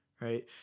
right